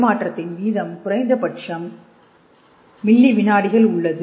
பரிமாற்றத்தின் வீதம் குறைந்த பட்சம் மில்லி விநாடிகளில் உள்ளது